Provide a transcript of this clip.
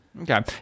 Okay